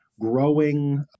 growing